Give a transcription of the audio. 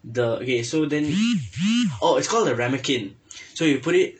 the okay so then oh it's called a ramekin so you put it